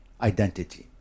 identity